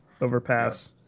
overpass